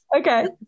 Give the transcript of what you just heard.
Okay